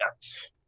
Yes